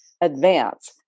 advance